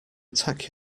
attack